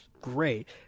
great